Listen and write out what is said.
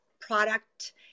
product